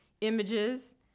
images